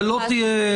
תודה.